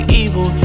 evil